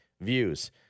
views